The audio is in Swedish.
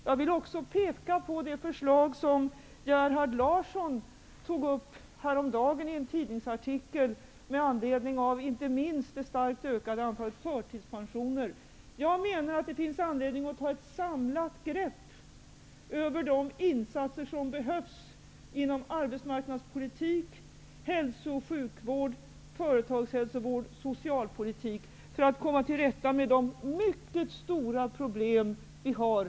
Jag vill också peka på det förslag som Gerhard Larsson tog upp häromdagen i en tidningsartikel, inte minst med anledning av det starkt ökande antalet förtidspensioner. Jag menar att det finns anledning att ta ett samlat grepp över de insatser som behövs inom arbetsmarknadspolitik, hälsooch sjukvård, företagshälsovård och socialpolitik för att komma till rätta med de mycket stora problem vi har.